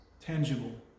tangible